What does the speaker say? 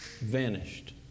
vanished